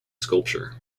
sculpture